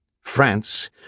France